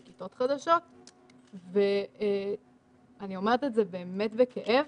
לכיתות חדשות ואני אומרת את זה באמת בכאב,